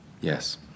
Yes